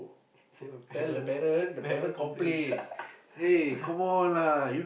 say my parents parents complain